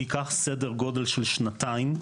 ניקח סדר גודל של שנתיים.